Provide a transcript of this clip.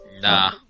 Nah